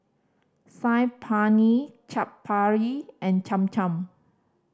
Saag Paneer Chaat Papri and Cham Cham